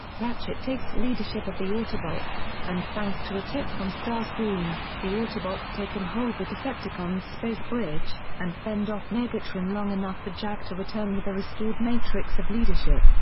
ratchet takes leadership of the autobots, and thanks to a tip from starscream, the autobots take and hold the decepticons' space bridge, and fend off megatron long enough for jack to return with the restored matrix of leadership,